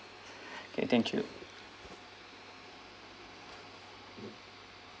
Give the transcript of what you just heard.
okay thank you